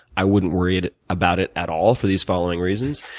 i wouldn't worry about it at all for these following reasons.